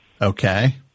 Okay